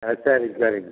ஆ சரிங்க சரிங்க